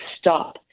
stop